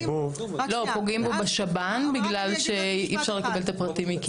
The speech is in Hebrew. פוגעים בו בשב"ן בגלל שאי אפשר לקבל את הפרטים.